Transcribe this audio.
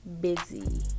busy